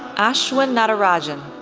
ashwin natarajan,